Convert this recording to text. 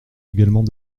également